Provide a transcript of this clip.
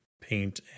paint